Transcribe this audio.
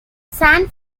san